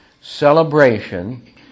celebration